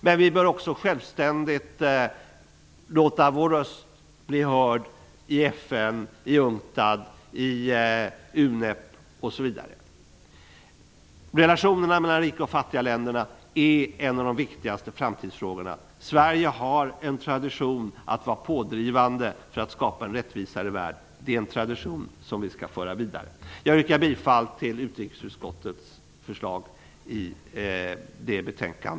Men vi bör också självständigt låta Sveriges röst bli hörd i FN, UNCTAD, UNEP osv. Relationerna mellan de rika och de fattiga länderna är en av de viktigaste framtidsfrågorna. Sverige har en tradition när det gäller att vara pådrivande för att skapa en rättvisare värld. Den är en tradition som vi bör föra vidare. Fru talman! Jag yrkar bifall till utrikesutskottets hemställan.